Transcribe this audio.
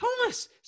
Thomas